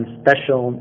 special